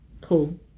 cool